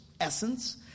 essence